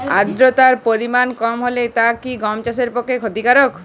আর্দতার পরিমাণ কম হলে তা কি গম চাষের পক্ষে ক্ষতিকর?